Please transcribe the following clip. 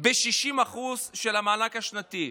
ב-60% של המענק השנתי.